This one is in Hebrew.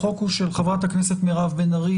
החוק של חברת הכנסת מירב בן ארי.